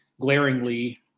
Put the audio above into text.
glaringly